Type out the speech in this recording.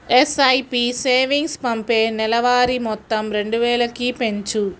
SIP savings పంపే నెలవారీ మొత్తం రెండువేలకి పెంచు